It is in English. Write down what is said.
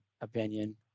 opinion